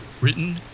written